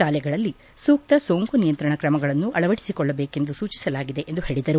ಶಾಲೆಗಳಲ್ಲಿ ಸೂಕ್ತ ಸೋಂಕು ನಿಯಂತ್ರಣ ಕ್ರಮಗಳನ್ನು ಅಳವಡಿಸಿಕೊಳ್ಳಬೇಕೆಂದು ಸೂಚಿಸಲಾಗಿದೆ ಎಂದು ಹೇಳದರು